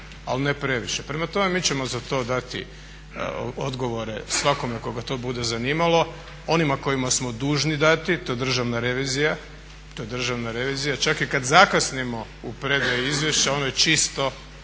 ali ne previše. Prema tome, mi ćemo za to dati odgovore svakome koga to bude zanimalo, onima kojima smo dužni dati, to je Državna revizija. Čak i kad zakasnimo u predaji izvješća ono je čisto,